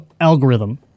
algorithm